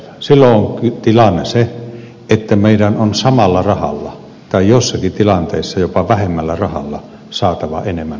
silloin on tilanne se että meidän on samalla rahalla tai jossakin tilanteessa jopa vähemmällä rahalla saatava enemmän aikaan